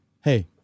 hey